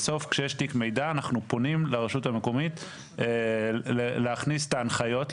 בסוף כשיש תיק מידע אנחנו פונים לרשות המקומית להכניס את ההנחיות,